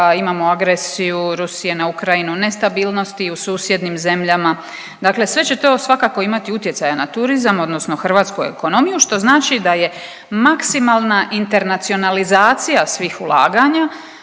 imamo agresiju Rusije na Ukrajinu, nestabilnosti u susjednim zemljama, dakle sve će to svakako imati utjecaj na turizam odnosno hrvatsku ekonomiju, što znači da je maksimalna internacionalizacija svih ulaganja